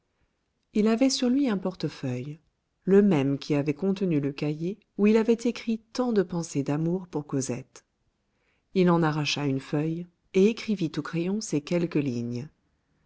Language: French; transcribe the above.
il avait sur lui un portefeuille le même qui avait contenu le cahier où il avait écrit tant de pensées d'amour pour cosette il en arracha une feuille et écrivit au crayon ces quelques lignes